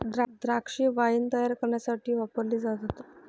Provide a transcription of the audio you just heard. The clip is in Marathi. द्राक्षे वाईन तायार करण्यासाठी वापरली जातात